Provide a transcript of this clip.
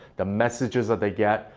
the messages that they get,